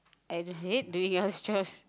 I hate doing all those chores